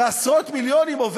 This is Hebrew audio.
בעשרות מיליונים,